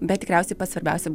bet tikriausiai pats svarbiausia